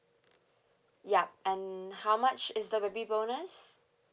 yup and how much is the baby bonus